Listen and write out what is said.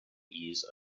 ease